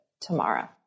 tomorrow